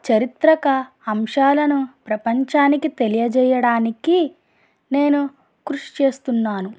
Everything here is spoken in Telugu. చరిత్రక అంశాలను ప్రపంచానికి తెలియజేయడానికి నేను కృషి చేస్తున్నాను